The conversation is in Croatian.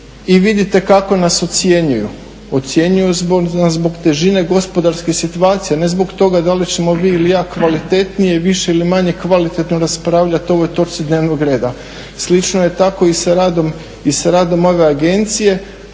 i vidite kako nas ocjenjuju. Ocjenjuju nas zbog težine gospodarske situacije, a ne zbog toga da li ćemo vi ili ja kvalitetnije, više ili manje kvalitetno raspravljati o ovoj točci dnevnog reda. Slično je tako i sa radom ove agencije.